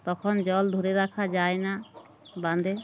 তখন জল ধরে রাখা যায় না বাঁধে